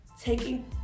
taking